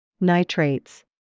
Nitrates